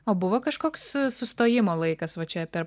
o buvo kažkoks sustojimo laikas va čia per